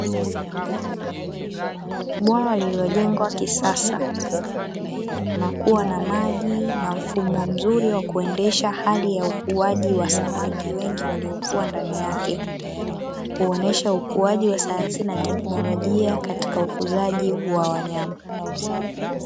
Bwawa lililojenga kisasa, na kuwa na maji na mfumo mzuri wa kuendesha hali ya ukuaji wa samaki wengi waliokuwa ndani yake, kuonesha ukuaji wa sayansi na teknolojia katika ukuzaji wa wanyama.